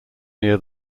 near